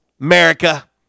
America